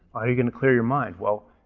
how you gonna clear your mind? well,